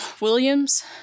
Williams